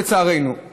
לצערנו,